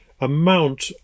amount